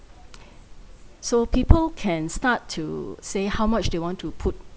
so people can start to say how much they want to put